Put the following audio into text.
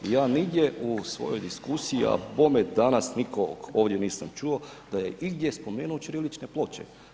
Ja nigdje u svojoj diskusiji, a bome danas nikog ovdje nisam čuo da je igdje spomenuo ćirilične ploče.